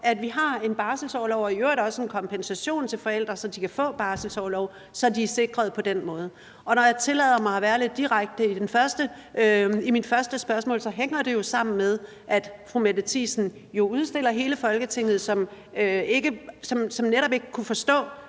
at vi har en barselsorlov og i øvrigt også en kompensation til forældre, så de kan få barselsorlov, og så de er sikret på den måde. Når jeg tillader mig at være lidt direkte i mit første spørgsmål, hænger det sammen med, at fru Mette Thiesen jo udstiller hele Folketinget, fordi hun ikke kan forstå,